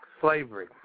slavery